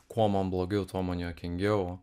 kuo man blogiau tuo man juokingiau